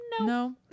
no